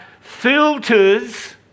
filters